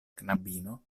knabino